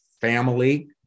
family